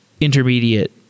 intermediate